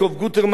אבי רואה,